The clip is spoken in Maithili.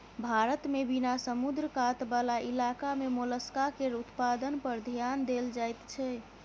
भारत मे बिना समुद्र कात बला इलाका मे मोलस्का केर उत्पादन पर धेआन देल जाइत छै